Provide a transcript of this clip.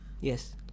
yes